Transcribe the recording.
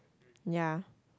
ya